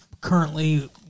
currently